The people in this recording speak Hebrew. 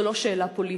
זו לא שאלה פוליטית,